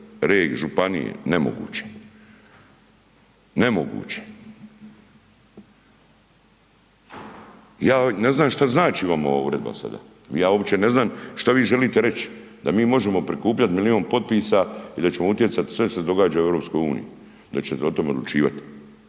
regije, županije nemoguće, nemoguće. Ja ne znam šta znači vama ova uredba sada, ja uopće ne znam što vi želite reći da mi možemo prikupljati milijun potpisa i da ćemo utjecati sve što se događa u EU da ćete o tome odlučivati.